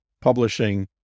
publishing